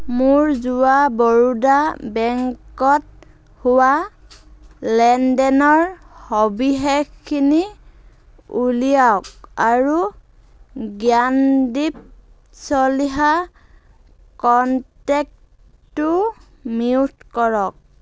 মোৰ যোৱা বৰোডা বেংকত হোৱা লেনদেনৰ সবিশেষখিনি উলিয়াওক আৰু জ্ঞানদীপ চলিহা কণ্টেক্টটো মিউট কৰক